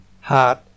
heart